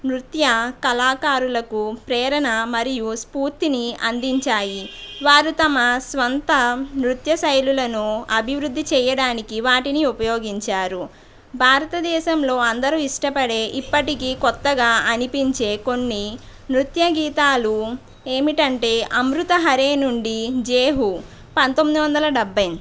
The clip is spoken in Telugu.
నృత్య కళాకారులకు ప్రేరణ మరియు స్ఫూర్తిని అందించాయి వారు తమ స్వంత నృత్య శైలులను అభివృద్ధి చేయడానికి వాటిని ఉపయోగించారు భారతదేశంలో అందరు ఇష్టపడే ఇప్పటికీ కొత్తగా అనిపించే కొన్ని నృత్య గీతాలు ఏమిటంటే అమృత హరే నుండి జయహో పంతొమ్మిది వందల డెబ్భై